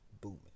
booming